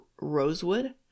rosewood